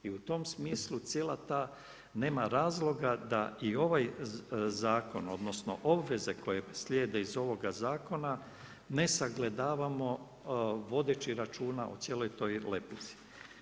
I u tom smislu cijela ta, nema razloga i ovaj zakon odnosno obveze koje slijede iz ovoga zakona ne sagledavamo vodeći računa o cijeloj toj lepezi.